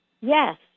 yes